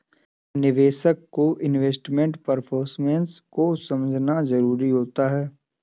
निवेशक को investment performance को समझना जरुरी होता है